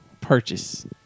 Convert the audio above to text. purchase